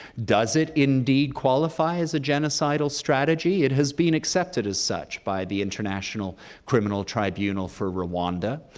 does it indeed qualify as a genocidal strategy? it has been accepted as such by the international criminal tribunal for rwanda,